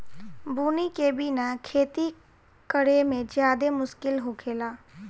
बुनी के बिना खेती करेमे ज्यादे मुस्किल होखेला